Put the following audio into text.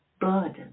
burden